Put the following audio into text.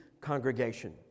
congregation